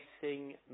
facing